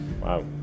Wow